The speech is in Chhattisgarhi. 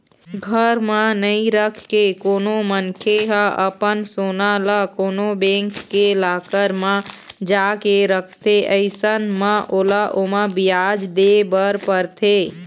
घर म नइ रखके कोनो मनखे ह अपन सोना ल कोनो बेंक के लॉकर म जाके रखथे अइसन म ओला ओमा बियाज दे बर परथे